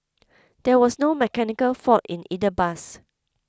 there was no mechanical fault in either bus